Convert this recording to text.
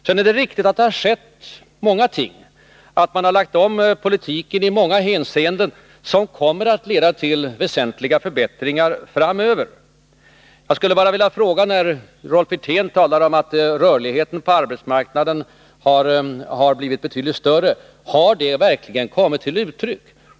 Sedan är det riktigt att det har skett många ting, att man har lagt om politiken i många hänseenden som kommer att leda till väsentliga förbättringar framöver. Jag skulle bara vilja fråga, eftersom Rolf Wirtén talar om att rörligheten på arbetsmarknaden har blivit betydligt större: Har detta verkligen kommit till uttryck?